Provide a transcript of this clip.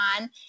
on